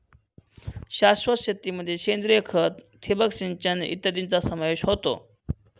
शाश्वत शेतीमध्ये सेंद्रिय खत, ठिबक सिंचन इत्यादींचा समावेश होतो